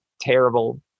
terrible